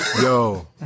Yo